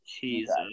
Jesus